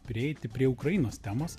prieiti prie ukrainos temos